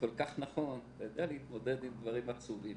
יצטרכו ללמוד אותו.